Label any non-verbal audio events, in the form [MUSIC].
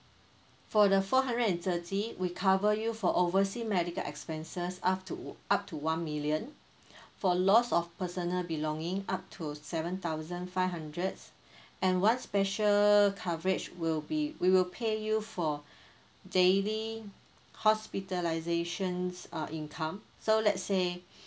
for the four hundred and thirty we cover you for oversea medical expenses up to up to one million [BREATH] for loss of personal belonging up to seven thousand five hundreds and one special coverage will be we will pay you for [BREATH] daily hospitalisation's uh income so let's say